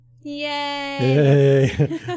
Yay